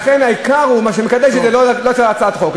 לכן העיקר הוא לא הצעת החוק.